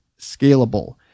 scalable